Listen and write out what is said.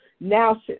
now